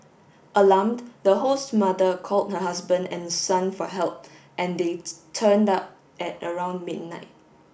alarmed the host's mother called her husband and son for help and they turned up at around midnight